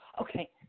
Okay